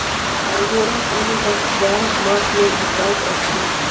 अंगोराक ऊनी वस्त्र जाड़क मास मे बिकाइत अछि